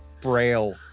braille